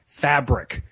fabric